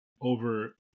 over